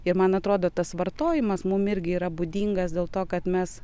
ir man atrodo tas vartojimas mum irgi yra būdingas dėl to kad mes